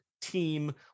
team